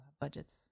budgets